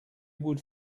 would